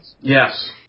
Yes